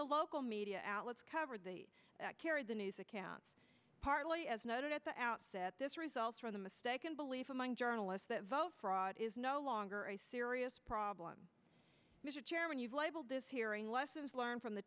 the local media outlets covered the carried the news accounts partly as noted at the outset this results from the mistaken belief among journalists that vote fraud is no longer a serious problem mr chairman you've labeled this hearing lessons learned from the